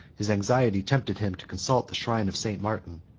his anxiety tempted him to consult the shrine of st. martin,